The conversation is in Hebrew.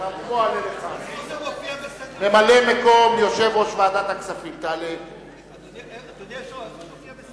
אדוני היושב-ראש, איפה זה